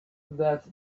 that